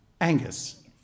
Angus